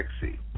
sexy